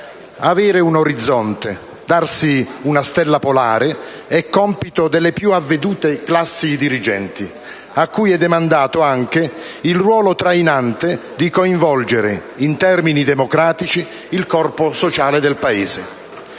Avere un orizzonte, darsi una stella polare è compito delle più avvedute classi dirigenti, cui è demandato anche il ruolo trainante di coinvolgere, in termini democratici, il corpo sociale del Paese.